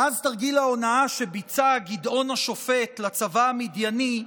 מאז תרגיל ההונאה שביצע גדעון השופט לצבא המדיני,